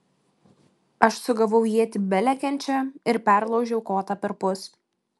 aš sugavau ietį belekiančią ir perlaužiau kotą perpus